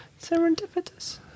Serendipitous